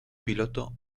piloto